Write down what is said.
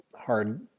hard